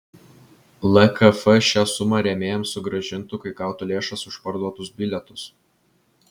lkf šią sumą rėmėjams sugrąžintų kai gautų lėšas už parduotus bilietus